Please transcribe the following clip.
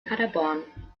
paderborn